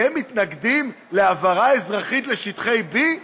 אתם מתנגדים להעברה אזרחית לשטחי B?